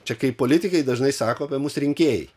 čia kai politikai dažnai sako apie mus rinkėjai